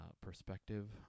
Perspective